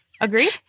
agree